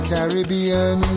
Caribbean